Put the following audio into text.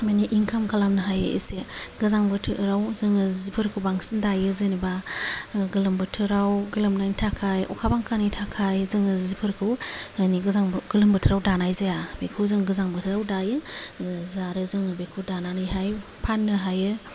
माने इनकाम खालामनो हायो एसे गोजां बोथोराव जोङो जिफोरखौ बांसिन दायो जेन'बा गोलोम बोथोराव गोलोमनायनि थाखाय अखा बांखानि थाखाय जोङो जिफोरखौ माने गोजां गोलोम बोथोराव दानाय जाया बेखौ जों गोजां बोथोराव दायो ओजा जों बेखौ दानानैहाय फाननो हायो